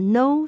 no